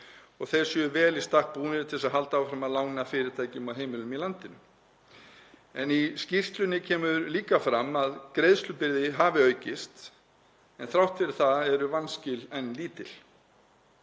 og þeir séu vel í stakk búnir til að halda áfram að lána fyrirtækjum og heimilum í landinu. Í skýrslunni kemur líka fram að greiðslubyrði hafi aukist en þrátt fyrir það eru vanskil en lítil.